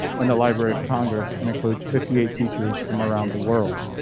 and the library of congress and includes fifty eight teachers from around the world.